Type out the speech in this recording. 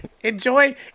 Enjoy